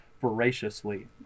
voraciously